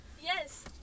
Yes